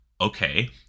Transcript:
Okay